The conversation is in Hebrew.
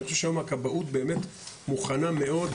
אני חושב שהיום הכבאות באמת מוכנה מאוד